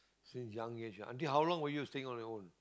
since young age until how long were you staying on your own